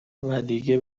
ودیگه